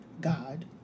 God